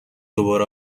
دوباره